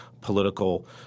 political